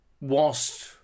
Whilst